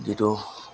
যিটো